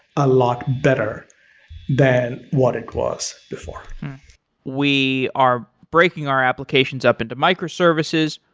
a lot better than what it was before we are breaking our applications up into microservices,